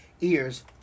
ears